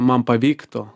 man pavyktų